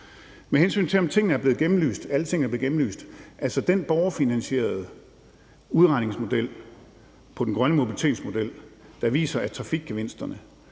Med hensyn til om alle tingene er blevet gennemlyst, vil jeg sige, at den borgerfinansierede udregningsmodel på den grønne mobilitetsmodel, der viser, at trafikgevinsterne